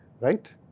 right